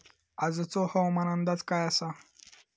आजचो हवामान अंदाज काय आसा?